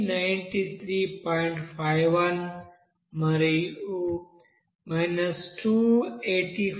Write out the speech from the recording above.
51 మరియు 285